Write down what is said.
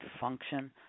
function